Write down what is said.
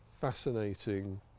fascinating